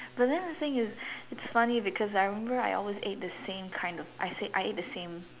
but then the thing is it's funny because I remember I always ate the same kind of I think I eat the same